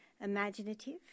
imaginative